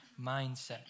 mindset